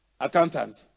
accountant